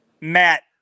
Matt